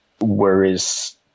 whereas